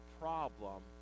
problem